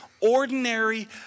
ordinary